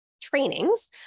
trainings